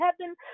heaven